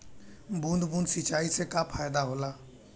बूंद बूंद सिंचाई से का फायदा होला?